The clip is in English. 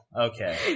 okay